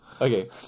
Okay